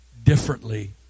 Differently